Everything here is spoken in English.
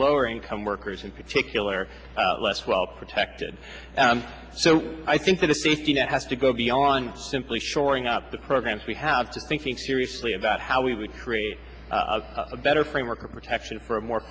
lower income workers in particular less well protected so i think that a safety net has to go beyond simply shoring up the programs we have to thinking seriously about how we would create a better framework of protection for a more